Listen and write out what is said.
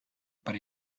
but